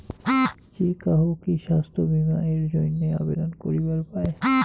যে কাহো কি স্বাস্থ্য বীমা এর জইন্যে আবেদন করিবার পায়?